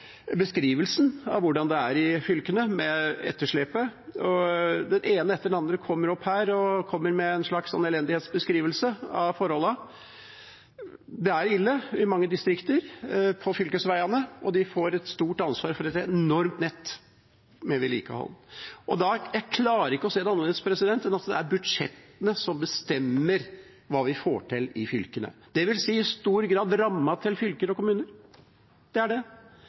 hvordan det er med etterslepet i fylkene. Den ene etter den andre kommer opp her og gir en slags elendighetsbeskrivelse av forholdene. Fylkesveiene er ille i mange distrikter, og fylkeskommunene har et stort ansvar for et enormt nett når det gjelder vedlikehold. Jeg klarer ikke å se det annerledes enn at det er budsjettene som bestemmer hva vi får til i fylkene, det vil i stor grad si ramma til fylker og kommuner. Da er spørsmålet, hvis man skal gå inn i seg sjøl: Hva er det